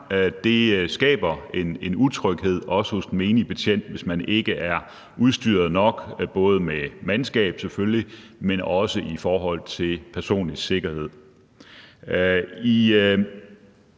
det skaber en utryghed også hos den menige betjent, hvis man ikke er udstyret nok med både mandskab, selvfølgelig, men også i forhold til personlig sikkerhed.